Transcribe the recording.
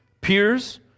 peers